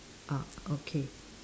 ah okay